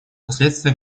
последствия